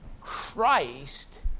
Christ